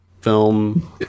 film